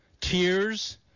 Tears